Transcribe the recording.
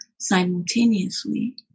simultaneously